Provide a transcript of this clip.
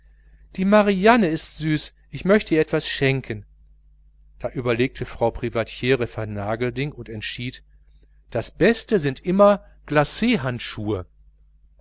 die marianne ist süß ich möchte ihr etwas schenken da überlegte frau privatiere vernagelding und entschied das beste sind immer